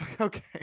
okay